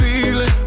feeling